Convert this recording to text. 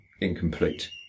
incomplete